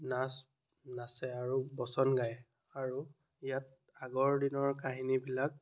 নাচ নাচে আৰু বচন গাই আৰু ইয়াত আগৰ দিনৰ কাহিনীবিলাক